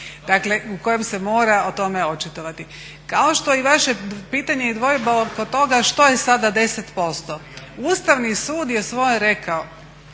dakle u kojem se mora o tome očitovati. Kao što i vaše pitanje i dvojba oko toga što je sada 10%. Ustavni sud je svoje rekao